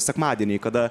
sekmadieniai kada